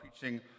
preaching